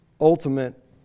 ultimate